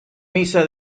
misa